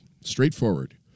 Straightforward